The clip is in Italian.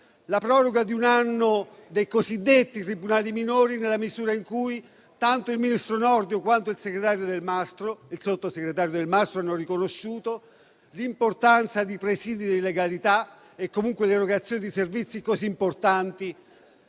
alla proroga di un anno dei cosiddetti tribunali minori, nella misura in cui tanto il ministro Nordio, quanto il sottosegretario Delmastro Delle Vedove hanno riconosciuto l'importanza dei presidi di legalità e dell'erogazione di servizi così importanti